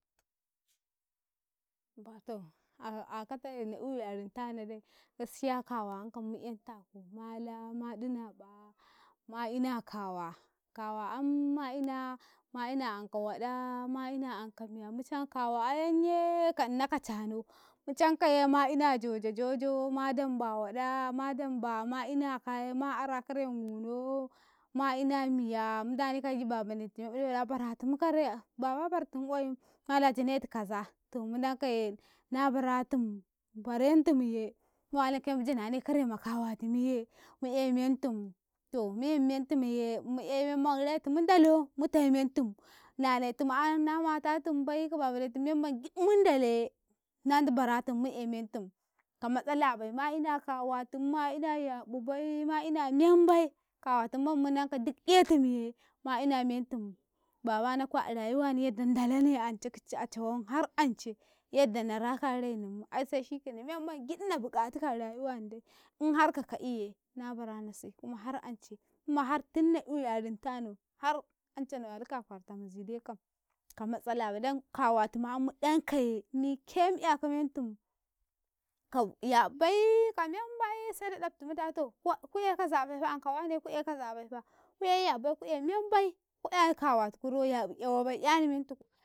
﻿Batau a akataye na eu yaritanade jire kawayankam mu'yantakau mala maɗina ƃaa ma ina kawa, kawa amm ma ina, ma ina anka waɗa, ma ina anka miya mucan kawa ayan yee ka inna ka canau, mu cankaye ma ina jo, jo, jo, jo ma damba waɗa ma damba ma ina kaye ma ma ara kare ma guno ma ina miyaa mundaneka agi baba ne tum mu ɗafe da baratumu kare ain baba bartum qwayin mala janetu kaza to mundan kaye na baratum barentumye muwalankaye mu janane kare makawatumuye mu ae mentum to mu'yammentumye mu aememman raitumun ndolo mutementum nanetum ayan namatatum bai kababanetum memman giɗ mundolaye nand baratum mu aementum ka matsalabai ma ina kawatum ma ina yaƃibaii, ma ina membai kawatum mammmunanka duk aetumye maina mentum, babanakwa a rayuwani yanda ndalane aneakica a cawan har ance yadda na raka a rainim aise shi kenam memman giɗ na buqatuka a rayuwanaude inhar ka ka'iye na barana si kuma har ance kuma hartunna euyarintanau harancana walika a kwartamizi dekam ka matsalabai dan kawatum ma mu 'yankaye mike mu iyakau mentum kau yaƃi bai membai se daftum dato ku ee kazabaifa anka wane ku ae kazabaifa ku ae yaƃi bai ku ae membi ko ae kawatukuro yabi'yawabai 'yanau mentuku.